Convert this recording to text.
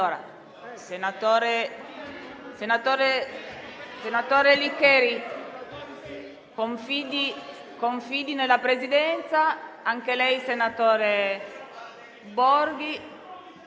Senatore Licheri, confidi nella Presidenza. Anche lei, senatore Borghi.